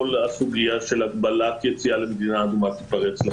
כל הסוגיה של הגבלת יציאה למדינה אדומה תיפרץ לחלוטין.